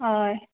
हय